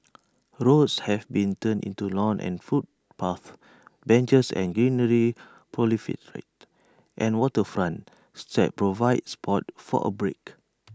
roads have been turned into lawns and footpaths benches and greenery proliferate and waterfront steps provide spots for A break